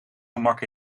gemak